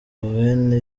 bene